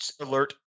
alert